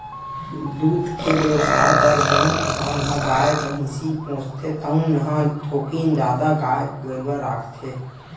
दूद के बेवसाय बर जउन किसान ह गाय, भइसी पोसथे तउन ह थोकिन जादा गाय गरूवा राखथे